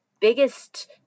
biggest